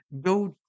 Go